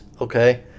okay